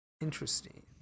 Interesting